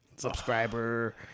subscriber